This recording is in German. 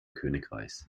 königreichs